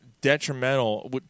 detrimental